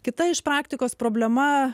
kita iš praktikos problema